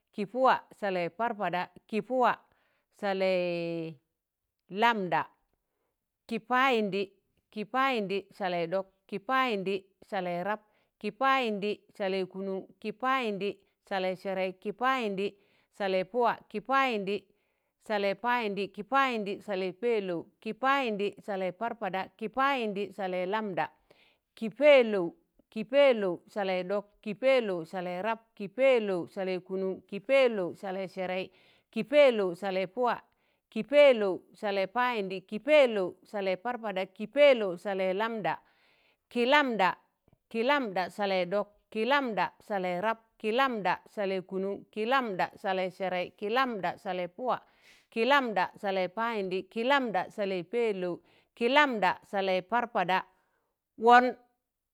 Kịpụwa Salẹị parpaɗa, kịpụwa salẹị lamda, kị payịndị, kị payịndị salẹị ɗọk, kị payịndị salẹị rap kị payịndị salẹị kụnụṇ, kị payịndị salẹị sẹrẹị, kị payịndị salẹị pụwa, kị payịndị salẹị payịndị, kị payịndị salẹị pẹlọu, kị payịndị salẹị parpada, kịpayịndị salẹị lamɗa, kị pẹlọụ. kị pẹẹlọụ salẹị ɗọk, kị pẹlọụ salẹị rap, kị pẹlọụ salẹị kụnụṇ, kị pẹlọụ salẹị sẹrẹị, kị pẹlọụ salẹị pụwa, kị pẹlọụ salẹị payịndị, kị pẹlọụ salẹị parpada, kị pẹlọụ salẹị lamɗ̣a, kị lamɗa, kị lamɗa salẹị dọk, kị lamda salẹị rap, kị lamɗa salẹị kụnụn, kị lamɗa salẹị sẹrẹị, kị lamɗa salẹị pụwa, kị lamɗa salẹị payịndị, kị lamɗa salẹi̱ pẹẹlọụ, kịlamɗa salẹị parpaɗa, wọn.